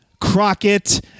Crockett